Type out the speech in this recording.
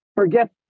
forget